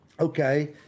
okay